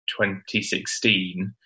2016